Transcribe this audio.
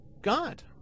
God